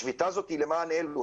השביתה הזאת היא למען אלו,